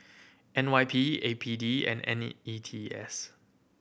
N Y P A P D and N E E T S